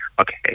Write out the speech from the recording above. okay